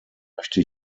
möchte